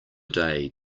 day